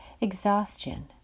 exhaustion